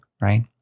right